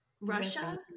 Russia